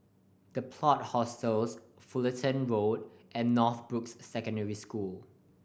The Plot Hostels Fulton Road and Northbrooks Secondary School